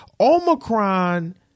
Omicron